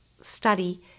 study